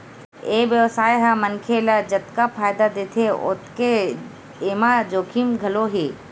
ए बेवसाय ह मनखे ल जतका फायदा देथे ओतके एमा जोखिम घलो हे